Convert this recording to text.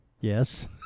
Yes